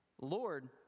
Lord